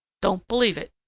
don't believe it.